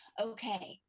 okay